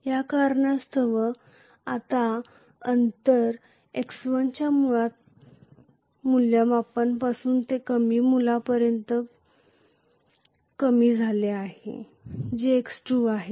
त्या कारणास्तव आता अंतर x1 च्या मूळ मूल्यापासून ते कमी मूल्यापर्यंत कमी झाले आहे जे x2 आहे